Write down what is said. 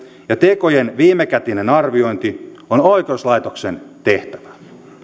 ja tekojen viimekätinen arviointi on oikeuslaitoksen tehtävä